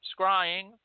Scrying